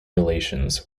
relations